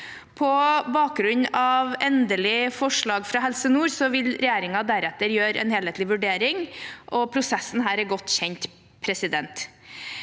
På bakgrunn av endelige forslag fra Helse nord, vil regjeringen deretter gjøre en helhetlig vurdering, og prosessen her er godt kjent. Regjeringen